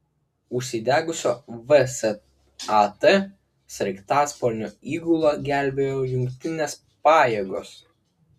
užsidegusio vsat sraigtasparnio įgulą gelbėjo jungtinės pajėgos